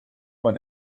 man